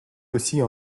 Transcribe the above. oscille